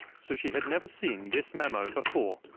so she had never seen this memo before.